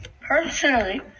Personally